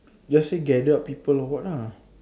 just say gather up people or what lah